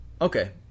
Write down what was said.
Okay